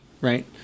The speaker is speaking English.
Right